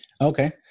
Okay